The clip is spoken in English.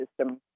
system